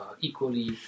equally